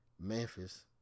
Memphis